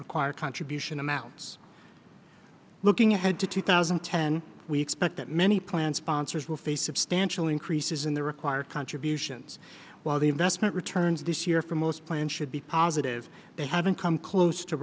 nine quire contribution amounts looking ahead to two thousand and ten we expect that many plan sponsors will face substantial increases in their require contributions while the investment return this year for most plans should be positive they haven't come close to